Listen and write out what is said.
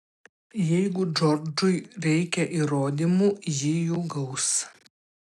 jeigu džordžui reikia įrodymų ji jų gaus